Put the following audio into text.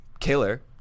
killer